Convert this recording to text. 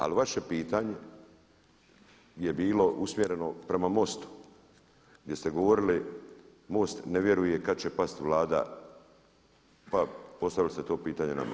Ali vaše pitanje je bilo usmjereno prema MOST-u, jer ste govorili MOST ne vjeruje kad će pasti Vlada pa postavili ste to pitanje nama.